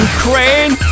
Ukraine